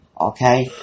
Okay